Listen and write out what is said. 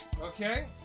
Okay